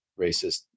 racist